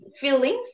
feelings